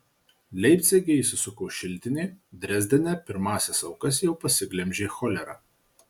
leipcige įsisuko šiltinė drezdene pirmąsias aukas jau pasiglemžė cholera